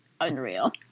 unreal